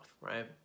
right